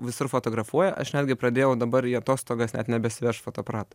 visur fotografuoja aš netgi pradėjau dabar į atostogas net nebesivešt fotoaparat